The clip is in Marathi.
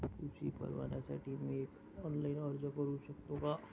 कृषी परवान्यासाठी मी ऑनलाइन अर्ज करू शकतो का?